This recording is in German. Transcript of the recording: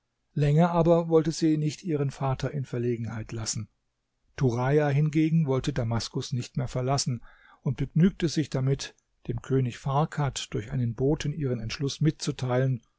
länger aber wollte sie nicht ihren vater in verlegenheit lassen turaja hingegen wollte damaskus nicht mehr verlassen und begnügte sich damit dem könig farkad durch einen boten ihren entschluß mitzuteilen